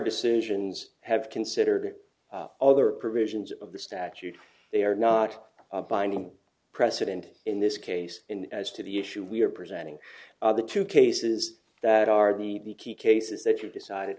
decisions have considered other provisions of the statute they are not binding precedent in this case in as to the issue we are presenting the two cases that are the key cases that you decide